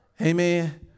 Amen